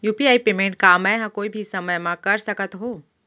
UPI payment का मैं ह कोई भी समय म कर सकत हो?